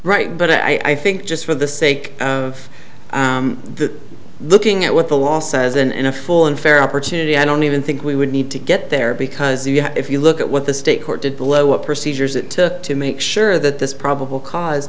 right but i think just for the sake of looking at what the law says in a full and fair opportunity i don't even think we would need to get there because if you look at what the state court did blow up procedures it to to make sure that this probable cause